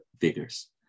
figures